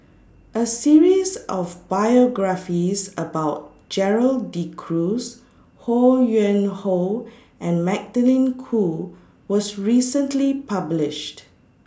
A series of biographies about Gerald De Cruz Ho Yuen Hoe and Magdalene Khoo was recently published